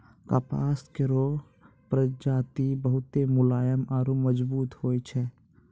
कपास केरो प्रजाति बहुत मुलायम आरु मजबूत होय छै